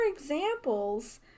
examples